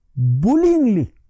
Bullyingly